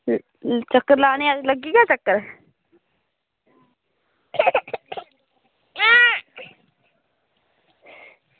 चक्कर लानै ई लग्गी गेआ चक्कर